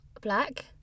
Black